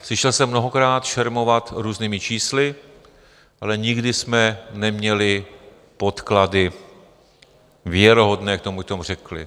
Slyšel jsem mnohokrát šermovat různými čísly, ale nikdy jsme neměli podklady věrohodné k tomu, řekli.